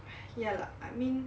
ya lah I mean